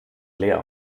leer